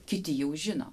kiti jau žino